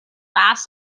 last